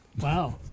Wow